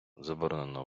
заборонено